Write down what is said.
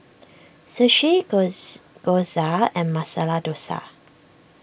Sushi Gyoza and Masala Dosa